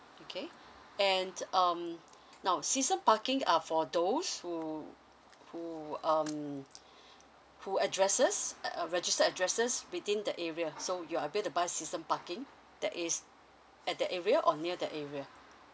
okay and um now season parking are for those who who um who addresses uh uh registered addresses within the area so you're able to buy season parking that is at the area or near the area